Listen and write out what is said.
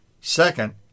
Second